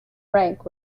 rank